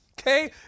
okay